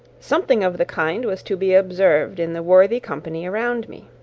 something of the kind was to be observed in the worthy company around me.